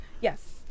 Yes